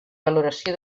valoració